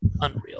Unreal